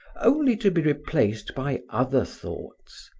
only to be replaced by other thoughts.